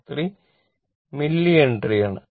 073 millihenry ആണ്